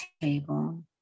table